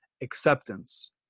Acceptance